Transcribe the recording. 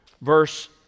verse